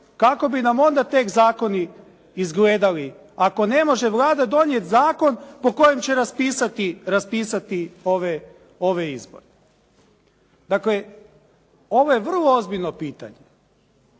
Kako bi nam onda tek zakoni izgledali, ako ne može Vlada donijeti zakon po kojem će raspisati ove izbore. Dakle, ovo je vrlo ozbiljno pitanje,